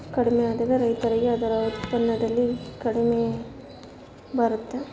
ಕಡಿಮೆ ಆದರೆ ರೈತರಿಗೆ ಅದರ ಉತ್ಪನ್ನದಲ್ಲಿ ಕಡಿಮೆ ಬರುತ್ತೆ